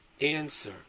answer